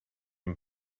and